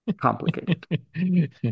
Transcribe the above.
complicated